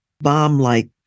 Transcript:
bomb-like